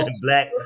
black